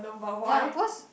ya because